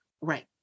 Right